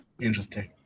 Interesting